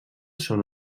són